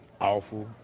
awful